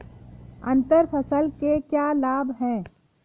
अंतर फसल के क्या लाभ हैं?